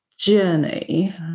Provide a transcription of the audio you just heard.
journey